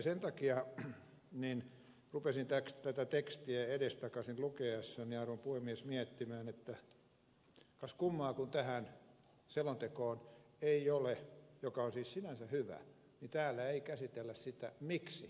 sen takia rupesin tätä tekstiä edestakaisin lukiessani arvon puhemies miettimään että kas kummaa kun tässä selonteossa joka on siis sinänsä hyvä ei käsitellä sitä miksi suomi on mukana